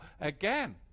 again